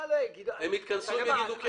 הם יתכנסו ויגידו כן.